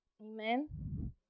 Amen